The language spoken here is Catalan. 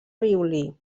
violí